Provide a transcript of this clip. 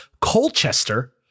Colchester